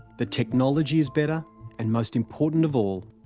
the technology is better and, most important of all,